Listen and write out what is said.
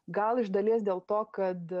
gal iš dalies dėl to kad